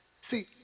See